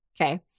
Okay